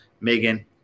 Megan